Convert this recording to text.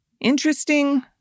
Interesting